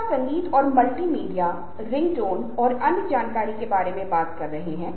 आवाज और स्वर की चर्चा भी एक बड़ा क्षेत्र है